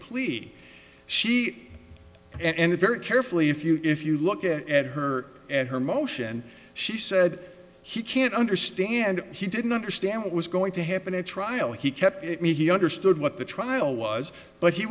plea he she and very carefully if you if you look at her and her motion she said he can't understand he didn't understand what was going to happen at trial he kept me he understood what the trial was but he